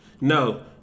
No